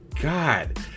god